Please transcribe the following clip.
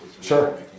Sure